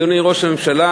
אדוני ראש הממשלה,